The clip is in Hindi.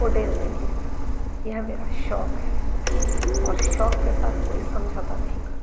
उडेल देती हूँ यह मेरा शौक़ है और शौक़ के साथ कोई समझौता नहीं करती